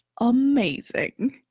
amazing